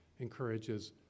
encourages